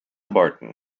barton